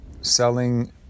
selling